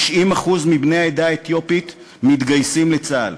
90% מבני העדה האתיופית מתגייסים לצה"ל,